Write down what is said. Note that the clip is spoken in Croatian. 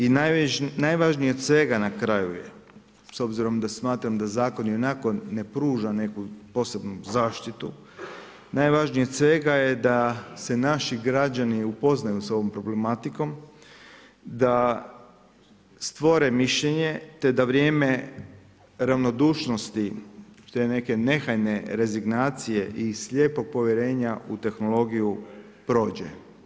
I najvažnije od svega na kraju, s obzirom da smatram da zakon ionako ne pruža neku posebnu zaštitu, najvažnije od svega je da se naši građani upoznaju sa ovom problematikom, da stvore mišljenje, te da vrijeme ravnodušnosti, te neke nehajne rezignacije i slijepo povjerenja u tehnologiju prođe.